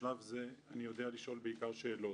בשלב זה אני יודע בעיקר לשאול שאלות.